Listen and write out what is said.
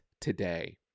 today